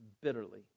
bitterly